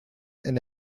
and